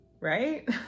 right